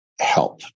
help